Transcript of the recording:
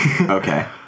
Okay